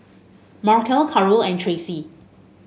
Markell Karol and Tracy